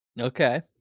okay